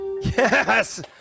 Yes